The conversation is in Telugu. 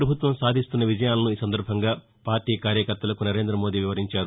ప్రభుత్వం సాధిస్తున్న విజయాలను ఈ సందర్భంగా పార్టీ కార్యకర్తలకు నరేందమోదీ వివరించారు